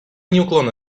неуклонно